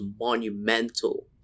monumental